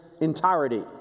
entirety